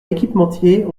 équipementiers